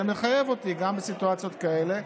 זה מחייב אותי גם בסיטואציות כאלה,